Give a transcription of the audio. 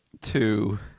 Two